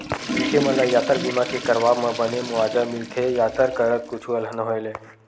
मनखे मन ल यातर बीमा के करवाब म बने मुवाजा मिलथे यातर करत कुछु अलहन होय ले